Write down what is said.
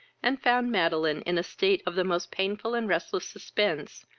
and found madeline in a state of the most painful and restless suspense,